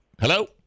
Hello